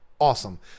awesome